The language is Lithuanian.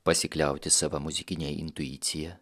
pasikliauti sava muzikine intuicija